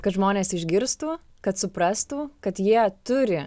kad žmonės išgirstų kad suprastų kad jie turi